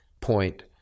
point